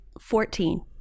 Fourteen